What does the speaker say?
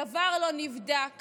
דבר לא נבדק,